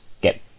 get